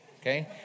okay